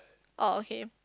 orh okay